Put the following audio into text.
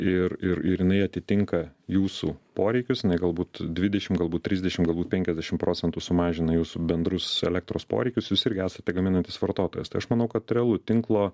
ir ir ir jinai atitinka jūsų poreikius jinai galbūt dvidešim galbūt trisdešim galbūt penkiasdešim procentų sumažina jūsų bendrus elektros poreikius jūs irgi esate gaminantis vartotojas tai aš manau kad realu tinklo